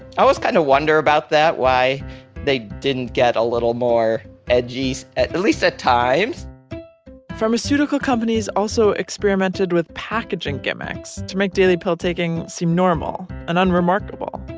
i always kind of wonder about that. why they didn't get a little more edgy, at least at times pharmaceutical companies also experimented with packaging gimmicks to make daily pill-taking seem normal and unremarkable.